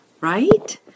right